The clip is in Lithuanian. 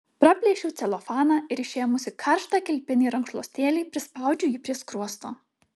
praplėšiau celofaną ir išėmusi karštą kilpinį rankšluostėlį prispaudžiau jį prie skruosto